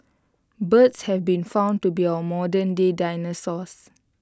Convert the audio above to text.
birds have been found to be our modernday dinosaurs